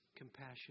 Compassion